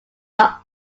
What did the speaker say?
are